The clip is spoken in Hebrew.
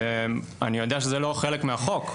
אני יודע שזה לא חלק מהחוק,